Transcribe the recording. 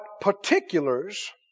particulars